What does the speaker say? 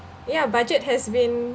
ya budget has been